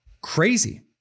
crazy